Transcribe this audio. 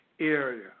area